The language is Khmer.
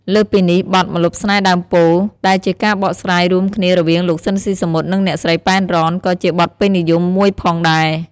លើសពីនេះ បទ "ម្លប់ស្នេហ៍ដើមពោធិ៍" ដែលជាការបកស្រាយរួមគ្នារវាងលោក ស៊ីន ស៊ីសាមុត និងអ្នកស្រី ប៉ែន រ៉ន ក៏ជាបទពេញនិយមមួយផងដែរ។